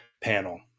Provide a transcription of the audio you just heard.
panel